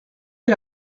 ait